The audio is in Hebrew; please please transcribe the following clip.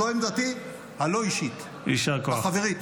זו עמדתי הלא-אישית, החברית.